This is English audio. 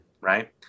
Right